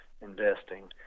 Investing